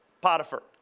Potiphar